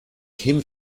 kim